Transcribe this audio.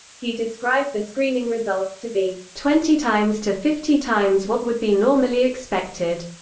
he described the screening results to be twenty times to fifty times what would be normally expected.